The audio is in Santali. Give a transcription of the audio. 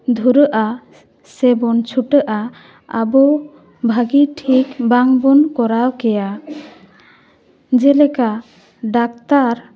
ᱫᱷᱩᱨᱟᱹᱜᱼᱟ ᱥᱮᱵᱚᱱ ᱪᱷᱩᱴᱟᱹᱜᱼᱟ ᱟᱵᱚ ᱵᱷᱟᱹᱜᱤ ᱴᱷᱤᱠ ᱵᱟᱝ ᱵᱚᱱ ᱠᱚᱨᱟᱣ ᱠᱮᱭᱟ ᱡᱮᱞᱮᱠᱟ ᱰᱟᱠᱛᱟᱨ